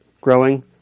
growing